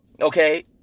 Okay